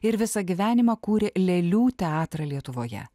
ir visą gyvenimą kūrė lėlių teatrą lietuvoje